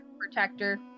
protector